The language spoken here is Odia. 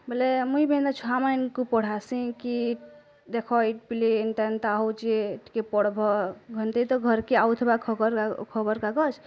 ବୋଲେ ମୁଁଇ ବି ହେନା ଛୁଆ ମାନ୍ଙ୍କୁ ପଢ଼ାସି କି ଦେଖ୍ ଏଇ ପିଲେ ଏନ୍ତା ଏନ୍ତା ହୋଉଛି ଟିକେ ପଢ଼ଭ୍ ଘର୍କେ ଆଉ ଥିବା ଖବର୍ କାଗଜ୍